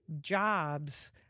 jobs